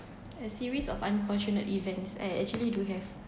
a series of unfortunate events I actually do have